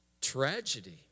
Tragedy